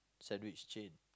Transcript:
sandwich chain